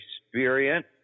experience